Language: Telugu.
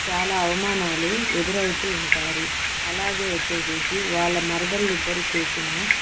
చాలా అవమానాలు ఎదురవుతూ ఉంటారు అలాగే వొచ్చేసేసి వాళ్ళ మరదలిద్దరూ చేసిన